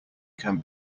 can